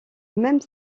même